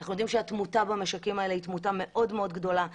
אנחנו יודעים שהתמותה במשקים האלה היא תמותה מאוד מאוד גדולה.